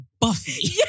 Buffy